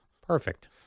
Perfect